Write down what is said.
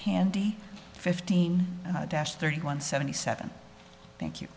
handy fifteen dash thirty one seventy seven thank you